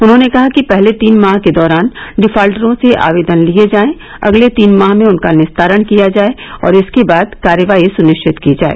उन्होंने कहा कि पहले तीन माह के दौरान डिफाल्टरों से आवेदन लिए जाएं अगले तीन माह में उनका निस्तारण किया जाए और इसके बाद कार्यवाही सुनिश्चित की जाए